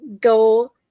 go